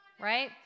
right